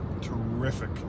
terrific